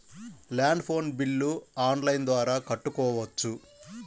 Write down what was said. Land phone bill online ద్వారా కట్టుకోవచ్చు?